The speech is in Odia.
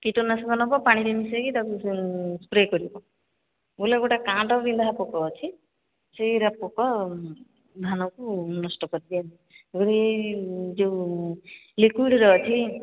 କୀଟନାଶକ ନେବ ପାଣିରେ ମିଶେଇକି ତାକୁ ସ୍ପ୍ରେ କରିବ ବୋଲେ ଗୋଟେ କାଣ୍ଡ ବିନ୍ଧା ପୋକ ଅଛି ସେଇରା ପୋକ ଧାନକୁ ନଷ୍ଟ କରିଦିଏ ଯୋଉ ଲିକୁଇଡ଼ର ଅଛି